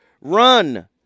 Run